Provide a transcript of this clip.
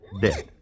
dead